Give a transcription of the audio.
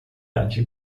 raggi